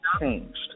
changed